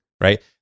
Right